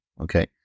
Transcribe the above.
okay